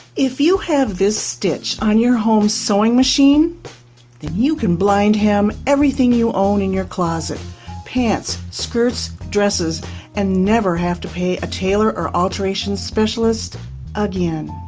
if you have this stitch on your home sewing machine you can blind hem everything you own in your closet pants, skirts, dresses and never have to pay a tailor or alterations specialist again.